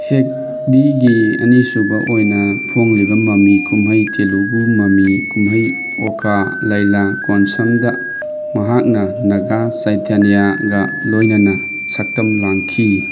ꯍꯦꯒꯗꯤꯒꯤ ꯑꯅꯤꯁꯨꯕ ꯑꯣꯏꯅ ꯐꯣꯡꯂꯤꯕ ꯃꯥꯃꯤ ꯀꯨꯝꯍꯩ ꯇꯦꯂꯨꯒꯨ ꯃꯥꯃꯤ ꯀꯨꯝꯍꯩ ꯑꯣꯀꯥ ꯂꯥꯏꯂꯥ ꯀꯣꯟꯁꯝꯗ ꯃꯍꯥꯛꯅ ꯅꯒꯥ ꯆꯩꯇꯅ꯭ꯌꯥꯒ ꯂꯣꯏꯅꯅ ꯁꯛꯇꯝ ꯂꯥꯡꯈꯤ